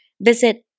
visit